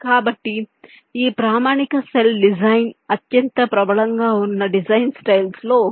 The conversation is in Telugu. కాబట్టి ఈ ప్రామాణిక సెల్ డిజైన్ అత్యంత ప్రబలంగా ఉన్న డిజైన్ స్టైల్స్ లో ఒకటి